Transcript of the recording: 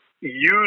use